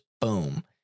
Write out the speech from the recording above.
boom